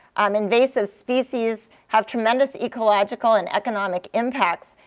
um invasive species have tremendous ecological and economic impacts,